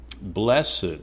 Blessed